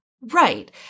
Right